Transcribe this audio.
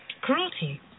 cruelty